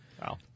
Wow